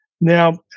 Now